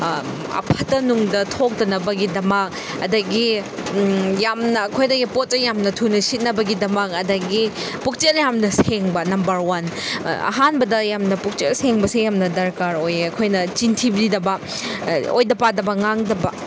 ꯐꯠꯇ ꯅꯨꯡꯗ ꯊꯣꯛꯇꯅꯕꯒꯤꯗꯃꯛ ꯑꯗꯒꯤ ꯌꯥꯝꯅ ꯑꯩꯈꯣꯏꯗꯒꯤ ꯄꯣꯠ ꯆꯩ ꯌꯥꯝꯅ ꯊꯨꯅ ꯁꯤꯠꯅꯕꯒꯤꯗꯃꯛ ꯑꯗꯒꯤ ꯄꯨꯛꯆꯦꯜ ꯌꯥꯝꯅ ꯁꯦꯡꯕ ꯅꯝꯕꯔ ꯋꯥꯟ ꯑꯍꯥꯟꯕꯗ ꯌꯥꯝꯅ ꯄꯨꯛꯆꯦꯜ ꯁꯦꯡꯕꯁꯦ ꯌꯥꯝꯅ ꯗꯔꯀꯥꯔ ꯑꯣꯏꯌꯦ ꯑꯩꯈꯣꯏꯅ ꯆꯤꯟ ꯊꯤꯕꯤꯗꯕ ꯑꯣꯏꯗ ꯄꯥꯗꯕ ꯉꯥꯡꯗꯕ